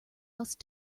else